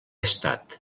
estat